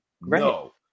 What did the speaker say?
no